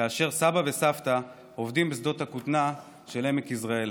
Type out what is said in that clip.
כאשר סבא וסבתא עובדים בשדות הכותנה של עמק יזרעאל.